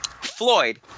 Floyd